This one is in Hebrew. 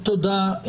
תודה,